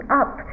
up